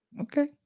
okay